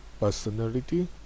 personality